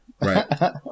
Right